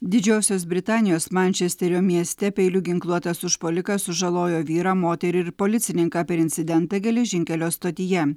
didžiosios britanijos mančesterio mieste peiliu ginkluotas užpuolikas sužalojo vyrą moterį ir policininką per incidentą geležinkelio stotyje